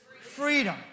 freedom